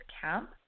Camp